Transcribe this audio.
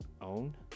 own